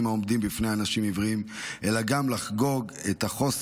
העומדים בפני אנשים עיוורים אלא גם לחגוג את הכוח,